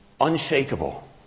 unshakable